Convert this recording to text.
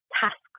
tasks